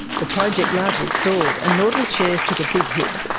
the project largely stalled, and nautilus shares took a big hit.